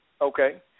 Okay